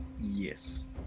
Yes